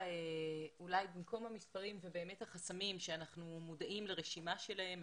אולי במקום המספרים והחסמים שאנחנו מודעים לרשימה שלהם,